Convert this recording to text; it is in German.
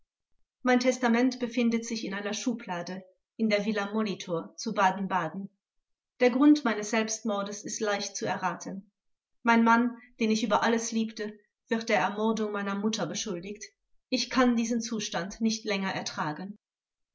mein testament befindet sich in einer schublade in der villa molitor zu baden-baden der grund meines selbstmordes ist leicht zu erraten mein mann den ich über alles liebte wird der ermordung meiner mutter beschuldigt ich kann diesen zustand nicht länger ertragen